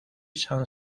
san